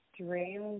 dream